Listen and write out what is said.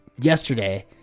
yesterday